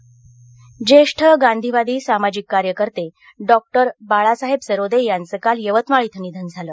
निधन यवतमाळ जेष्ठ गांधीवादी सामाजिक कार्यकर्ते डॉ बाळासाहेब सरोदे यांचे काल यवतमाळ इथं निधन झालं